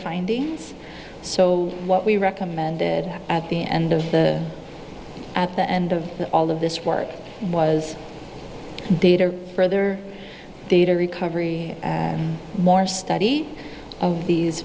findings so what we recommended at the end of the at the end of all of this work was data further data recovery more study of these